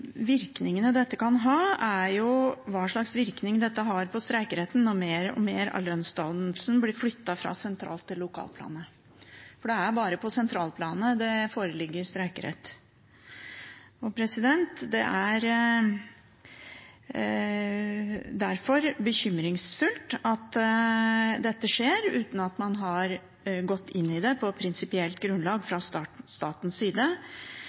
er jo hva slags virkning dette har på streikeretten, når mer og mer av lønnsdannelsen blir flyttet fra sentral- til lokalplanet, for det er bare på sentralplanet det foreligger streikerett. Det er derfor bekymringsfullt at dette skjer uten at man har gått inn i det på prinsipielt grunnlag fra statens side,